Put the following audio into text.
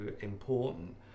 important